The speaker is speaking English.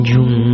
Jum